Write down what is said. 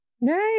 Nice